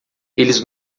eles